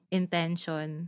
intention